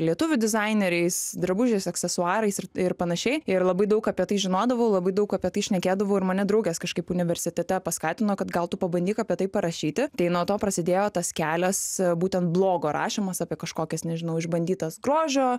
lietuvių dizaineriais drabužiais aksesuarais ir ir panašiai ir labai daug apie tai žinodavau labai daug apie tai šnekėdavau ir mane draugės kažkaip universitete paskatino kad gal tu pabandyk apie tai parašyti tai nuo to prasidėjo tas kelias būtent blogo rašymas apie kažkokias nežinau išbandytas grožio